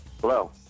Hello